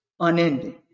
Unending